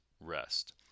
rest